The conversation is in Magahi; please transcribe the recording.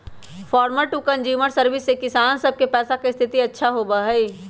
फार्मर टू कंज्यूमर सर्विस से किसान सब के पैसा के स्थिति अच्छा होबा हई